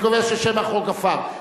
אני קובע ששם החוק עבר.